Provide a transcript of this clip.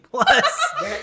Plus